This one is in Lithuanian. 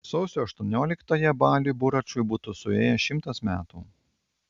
sausio aštuonioliktąją baliui buračui būtų suėję šimtas metų